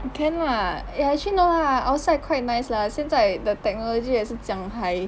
you can lah actually no lah outside quite nice lah 现在 the technology 也是这样才